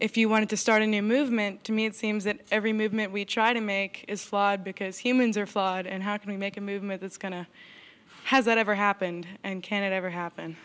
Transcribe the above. if you want to start a new movement to me it seems that every movement we try to make is flawed because humans are flawed and how can we make a movement that's going to has that ever happened and can it ever happen